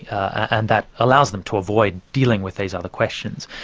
and that allows them to avoid dealing with these other questions.